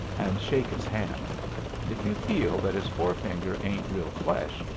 and shake his hand and if you feel that his forefinger ain't real flesh,